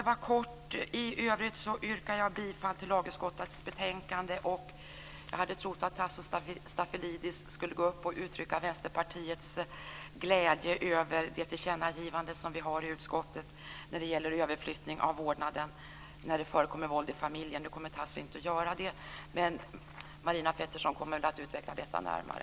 Det var kort. I övrigt yrkar jag bifall till förslaget i lagutskottets betänkande. Jag hade trott att Tasso Stafilidis skulle gå upp och uttrycka Vänsterpartiets glädje över utskottets tillkännagivande om överflyttning av vårdnaden när det förekommer våld i familjen. Nu kommer han inte att göra det. Marina Pettersson kommer att utveckla det närmare.